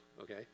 Okay